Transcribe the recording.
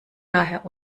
daher